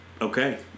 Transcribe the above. okay